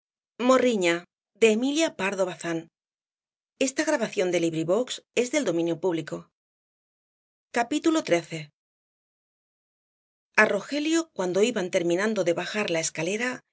rogelio cuando iban terminando de bajar la escalera